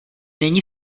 není